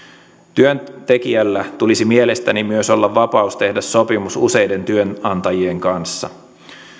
työntekijällä tulisi mielestäni myös olla vapaus tehdä sopimus useiden työnantajien kanssa